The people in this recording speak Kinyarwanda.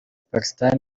pakistan